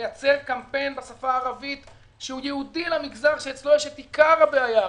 נייצר קמפיין בשפה הערבית שהוא ייעודי למגזר שאצלו יש את עיקר הבעיה.